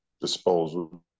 disposal